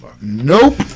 Nope